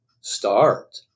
Start